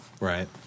Right